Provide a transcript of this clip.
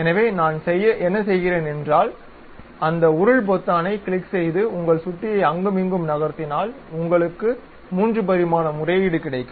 எனவே நான் என்ன செய்கிறேன் என்றால் அந்த உருள் பொத்தானைக் கிளிக் செய்து உங்கள் சுட்டியை அங்கும் இங்கும் நகர்த்தினால் உங்களுக்கு 3 பரிமாண முறையீடு கிடைக்கும்